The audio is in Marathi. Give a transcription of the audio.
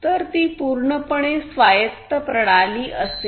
तर ती पूर्णपणे स्वायत्त प्रणाली असेल